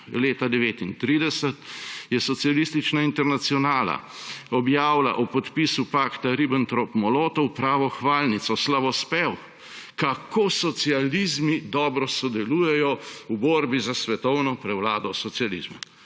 leta 1939 je Socialistična internacionala objavila ob podpisu pakta Ribbentrop-Molotov pravo hvalnico, slavospev, kako socializmi dobro sodelujejo v borbi za svetovno prevlado socializmu.